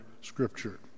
Scripture